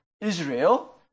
Israel